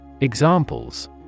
Examples